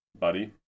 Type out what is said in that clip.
buddy